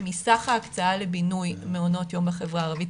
מסך ההקצאה לבינוי מעונות יום בחברה הערבית.